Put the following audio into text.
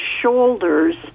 shoulders